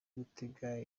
gutega